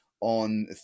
on